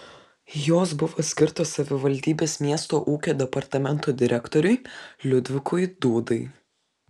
jos buvo skirtos savivaldybės miesto ūkio departamento direktoriui liudvikui dūdai